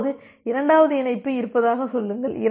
இப்போது இரண்டாவது இணைப்பு இருப்பதாகச் சொல்லுங்கள்